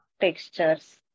textures